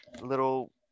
little